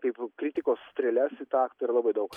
kaip kritikos strėles į tą aktą yra labai daug